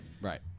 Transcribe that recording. Right